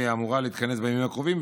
והיא אמורה להתכנס בימים הקרובים.